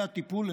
והטיפול,